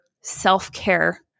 self-care